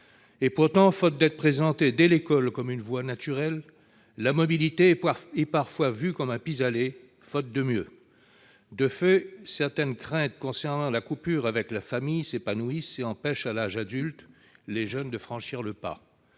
Pourtant, faute d'être présentée dès l'école comme une voie naturelle, la mobilité est parfois vue comme un pis-aller. De fait, certaines craintes concernant la coupure avec la famille s'épanouissent et empêchent, à l'âge adulte, les jeunes de franchir le pas.